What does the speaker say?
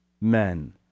men